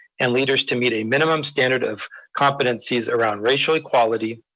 and leaders to meet a minimum standard of competencies around racial equality.